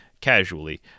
casually